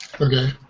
Okay